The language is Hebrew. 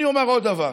אני אומר עוד דבר.